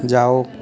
जाओ